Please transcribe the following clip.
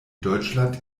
deutschland